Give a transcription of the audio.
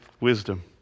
wisdom